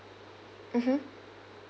mmhmm